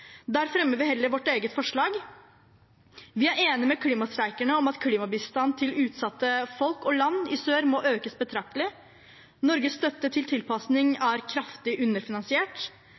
Der fremmer vi heller vårt eget forslag. Vi er enig med klimastreikerne i at klimabistand til utsatte folk og land i sør må økes betraktelig. Norges støtte til tilpasning er kraftig underfinansiert,